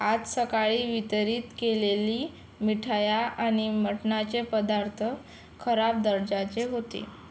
आज सकाळी वितरित केलेली मिठाई आणि मटणाचे पदार्थ खराब दर्जाचे होते